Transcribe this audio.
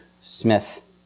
Smith